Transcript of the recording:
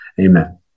Amen